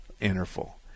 interval